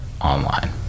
Online